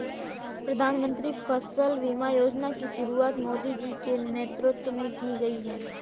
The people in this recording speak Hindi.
प्रधानमंत्री फसल बीमा योजना की शुरुआत मोदी जी के नेतृत्व में की गई है